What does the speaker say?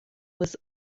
was